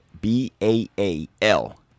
b-a-a-l